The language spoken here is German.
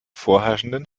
vorherrschenden